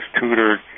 tutored